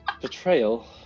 betrayal